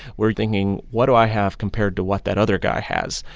we're thinking, what do i have compared to what that other guy has?